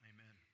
Amen